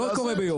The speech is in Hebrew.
זה לא קורה ביום.